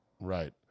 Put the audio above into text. Right